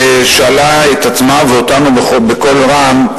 ושאלה את עצמה ואותנו בקול רם,